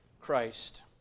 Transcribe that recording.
Christ